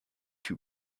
two